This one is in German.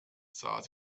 sah